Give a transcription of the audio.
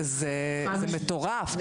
זה מטורף.